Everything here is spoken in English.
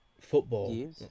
football